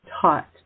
taught